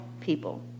people